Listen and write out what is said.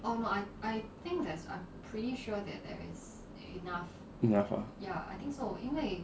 enough ah